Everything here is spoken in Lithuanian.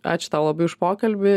ačiū tau labai už pokalbį